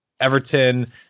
Everton